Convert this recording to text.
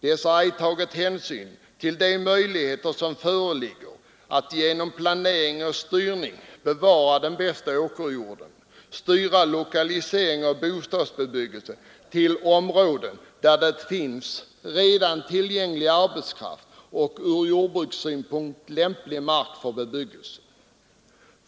De har inte tagit hänsyn till de möjligheter som föreligger att genom planering och styrning bevara den bästa åkerjorden och hänvisa lokalisering av bostadsbebyggelse till områden där det redan finns tillgänglig arbetskraft och ur jordbrukssynpunkt lämplig mark för bebyggelse.